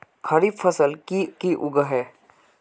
खरीफ फसल की की उगैहे?